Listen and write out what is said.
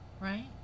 right